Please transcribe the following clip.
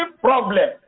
problem